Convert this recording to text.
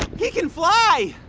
he can fly